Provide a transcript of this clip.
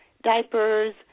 Diapers